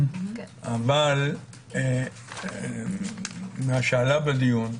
אבל מה שעלה בדיון,